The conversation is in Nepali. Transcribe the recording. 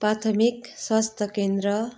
प्राथमिक स्वास्थ्य केन्द्र